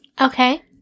Okay